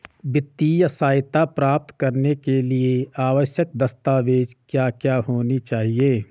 वित्तीय सहायता प्राप्त करने के लिए आवश्यक दस्तावेज क्या क्या होनी चाहिए?